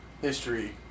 history